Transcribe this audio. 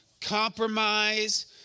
Compromise